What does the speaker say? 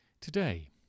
Today